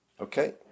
Okay